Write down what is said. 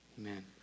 Amen